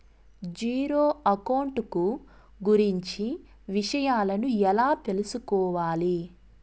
Zero account కు గురించి విషయాలను ఎలా తెలుసుకోవాలి?